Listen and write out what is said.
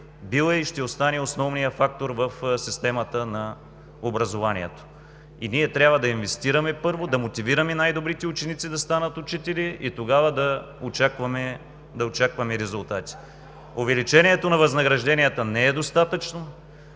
бил, е и ще остане основният фактор в системата на образованието. Ние трябва първо да инвестираме, да мотивираме най-добрите ученици да станат учители и тогава да очакваме резултати. Увеличението на възнагражденията не е достатъчно,